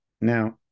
Now